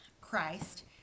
Christ